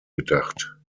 gedacht